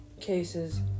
cases